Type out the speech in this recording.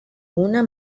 una